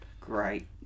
Great